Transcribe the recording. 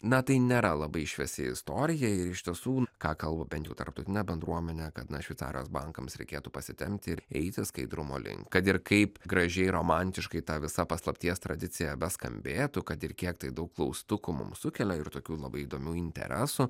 na tai nėra labai šviesi istorija ir iš tiesų ką kalba bent jau tarptautinė bendruomenė kad na šveicarijos bankams reikėtų pasitempti ir eiti skaidrumo link kad ir kaip gražiai romantiškai ta visa paslapties tradicija beskambėtų kad ir kiek tai daug klaustukų mums sukelia ir tokių labai įdomių interesų